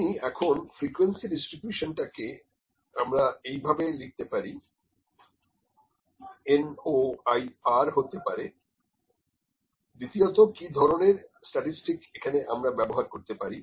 আমি এখানে ফ্রিকোয়েন্সি ডিস্ট্রিবিউশানটাকে আমরা এই ভাবে লিখতে পারি NOIR হতে পারে দ্বিতীয়তঃ কি ধরনের স্ট্যাটিস্টিক এখানে আমরা ব্যবহার করতে পারি